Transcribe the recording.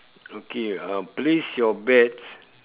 okay uh place your bets